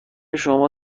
شما